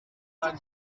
ati